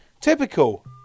typical